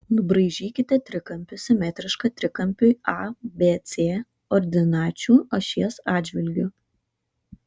nubraižykite trikampį simetrišką trikampiui abc ordinačių ašies atžvilgiu